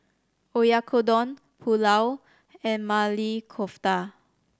Oyakodon Pulao and Maili Kofta